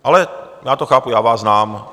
Ale já to chápu, já vás znám.